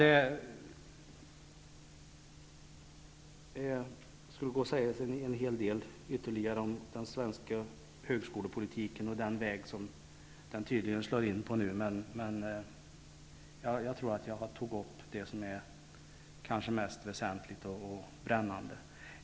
Det kunde sägas en hel del ytterligare om den svenska forskningspolitiken och den väg som den tydligen nu slår in på, men jag tror att jag har tagit upp det mest väsentliga och spännande.